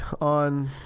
on